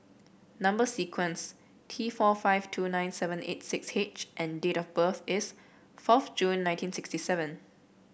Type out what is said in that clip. number sequence T four five two nine seven eight six H and date of birth is fourth June nineteen sixty seven